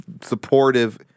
supportive